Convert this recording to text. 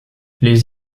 les